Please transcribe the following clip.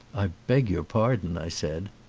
i beg your pardon, i said.